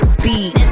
speed